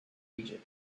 egypt